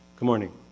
good morning.